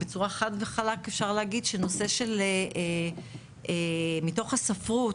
בצורה חד וחלק, אפשר להגיד שנושא של, מתוך הספרות,